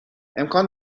امکان